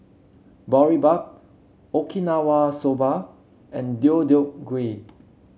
Boribap Okinawa Soba and Deodeok Gui